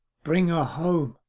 bring her home